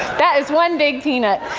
that is one big peanut.